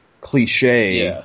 cliche